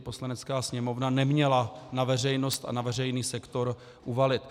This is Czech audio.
Poslanecká sněmovna neměla na veřejnost a na veřejný sektor uvalit.